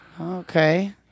Okay